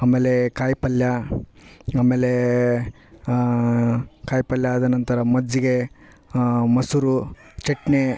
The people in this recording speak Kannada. ಅಮೇಲೆ ಕಾಯಿಪಲ್ಯ ಆಮೇಲೇ ಕಾಯಿಪಲ್ಯ ಆದನಂತರ ಮಜ್ಜಿಗೆ ಮೊಸರು ಚಟ್ನಿ